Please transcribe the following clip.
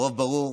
ברוב ברור,